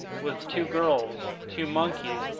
with two girls, two monkeys,